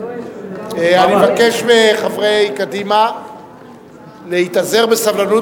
אני מבקש מחברי קדימה להתאזר בסבלנות